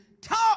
talk